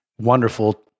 wonderful